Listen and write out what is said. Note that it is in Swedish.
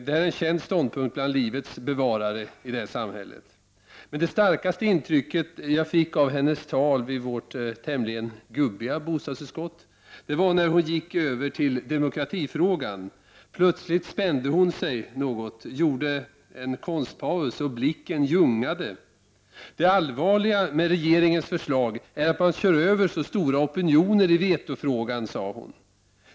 Det här är en känd ståndpunkt bland livets bevarare i detta samhälle. Men det starkaste intrycket gjorde hennes tal i vårt tämligen gubbiga bostadsutskott när hon gick över till demokratifrågan. Plötsligt spände hon sig och gjorde något av en konstpaus, och blicken liksom ljungade. Det allvarliga med regeringens förslag är att man kör över så stora opinioner i vetofrågan, sade hon.